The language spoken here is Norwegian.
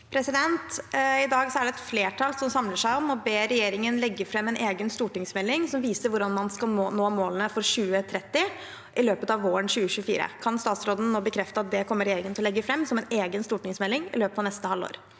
I dag er det et flertall som samler seg om å be regjeringen i løpet av våren 2024 legge fram en egen stortingsmelding som viser hvordan man skal nå målene for 2030. Kan statsråden nå bekrefte at det kommer regjeringen til å legge fram som en egen stortingsmelding i løpet av neste halvår?